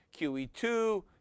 QE2